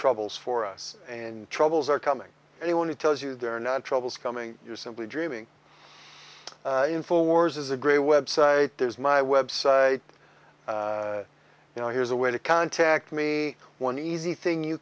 troubles for us and troubles are coming anyone who tells you they're not troubles coming you're simply dreaming informers is a great website there's my website you know here's a way to contact me one easy thing you